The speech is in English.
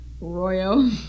Royal